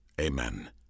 Amen